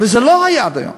וזה לא היה עד היום.